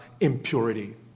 impurity